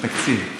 בתקציב.